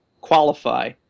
qualify